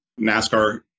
NASCAR